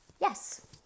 yes